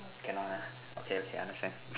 cannot ha okay okay I understand